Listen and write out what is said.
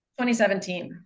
2017